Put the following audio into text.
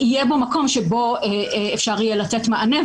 יהיה בו מקום שבו אפשר יהיה לתת מענה.